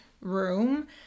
room